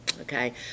Okay